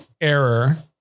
error